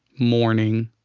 mourning,